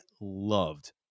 loved